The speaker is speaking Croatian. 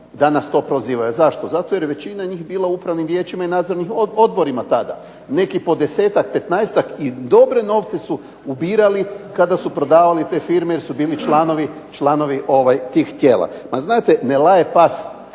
danas to prozivaju. Zašto? Zato jer je većina njih bila u upravnim vijećima i nadzornim odborima tada. Neki po 10-ak, 15-ak i dobre novce su ubirali kada su prodavali te firme, jer su bili članovi tih tijela. A znate ne laje pas